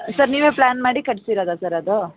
sir ನೀವೇ plan ಮಾಡಿ ಕಟ್ಟಿಸಿರೋದಾ ಸರ್ ಅದು